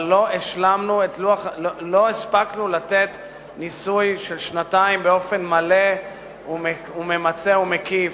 אבל לא הספקנו לתת ניסוי של שנתיים באופן מלא וממצה ומקיף.